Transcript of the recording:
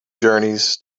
journeys